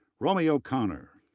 romeo conner,